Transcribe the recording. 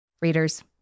Readers